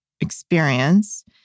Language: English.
experience